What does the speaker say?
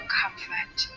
comfort